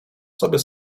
sobie